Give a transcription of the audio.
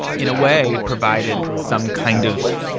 in a way, provided some kind of.